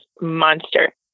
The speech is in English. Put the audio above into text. monster